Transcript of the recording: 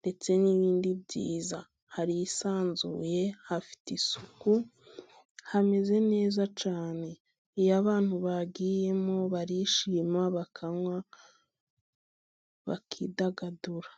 ndetse n'ibindi byiza, harisanzuye hafite isuku, hameze neza cyane, iyo abantu bagiyemo barishima bakanywa bakidagadura.